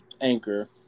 Anchor